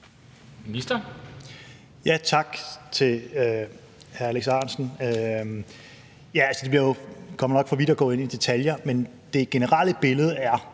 Tak til hr. Alex Ahrendtsen. Altså, det kommer nok til at gå for vidt at gå ind i detaljer, men det generelle billede er